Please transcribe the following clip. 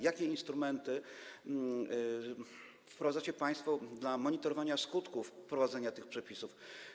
Jakie instrumenty wprowadzacie państwo w celu monitorowania skutków wprowadzenia tych przepisów?